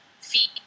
feet